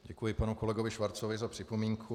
Děkuji panu kolegovi Schwarzovi za připomínku.